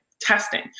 testing